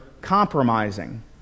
compromising